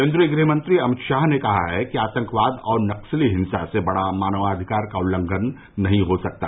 केन्द्रीय गृह मंत्री अमित शाह ने कहा है कि आतंकवाद और नक्सली हिंसा से बड़ा मानवाधिकार का उल्लघंन नहीं हो सकता